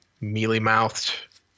mealy-mouthed